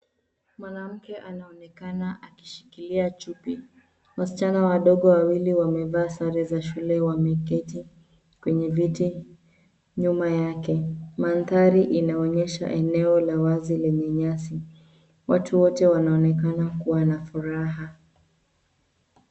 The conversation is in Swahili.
Mwanamke anaonekana akishikilia chupi. Wasichana wadogo wawili wamevaa sare za shule wameketi kwenye viti nyuma yake. Mandhari inaonyesha eneo la wazi lenye nyasi. Watu wote wanaonekana kuwa na furaha.